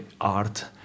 art